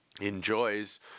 enjoys